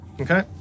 Okay